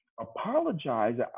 apologize